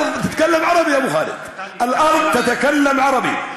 (אומר בערבית: האדמה מדברת בערבית).